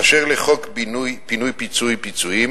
אשר לחוק פינוי ובינוי (פיצויים)